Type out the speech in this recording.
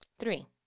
Three